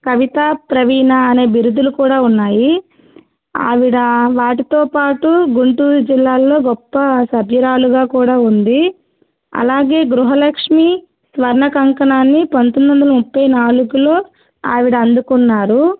కవితా ప్రవీణ అనే బిరుదులు కూడా ఉన్నాయి ఆవిడ వాటితో పాటు గుంటూరు జిల్లాల్లో గొప్ప సభ్యురాలుగా కూడా ఉంది అలాగే గృహలక్ష్మీ స్వర్ణ కంకణాన్ని పంతొమ్మిదివందల ముప్పై నాలుగులో ఆవిడ అందుకున్నారు